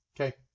Okay